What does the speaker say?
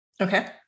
okay